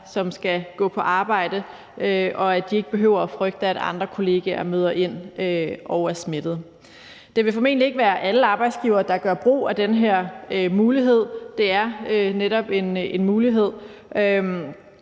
der skal gå på arbejde, at de ikke behøver at frygte, at andre kollegaer møder ind og er smittet. Det vil formentlig ikke være alle arbejdsgivere, der vil gøre brug af den her mulighed. Det er netop en mulighed.